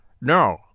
No